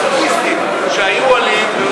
הסופיסטים שהיו עולים,